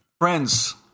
Friends